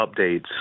updates